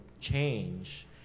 change